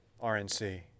RNC